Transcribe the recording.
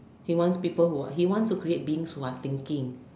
he wants people who are he wants to create beings who are thinking